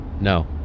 No